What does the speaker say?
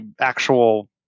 actual